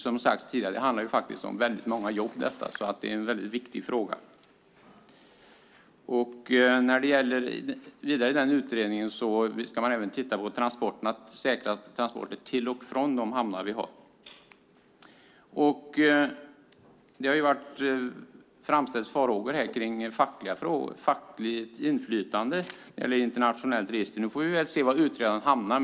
Som tidigare också sagts handlar det om väldigt många jobb så frågan är mycket viktig. Utredaren ska även titta på frågan om att säkra transporter till och från våra hamnar. Här har framställts farhågor kring det fackliga inflytandet när det gäller ett internationellt register. Vi får väl se var utredaren hamnar.